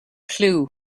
clue